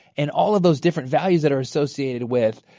and all of those different values that are associated with,